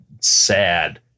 sad